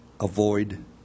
avoid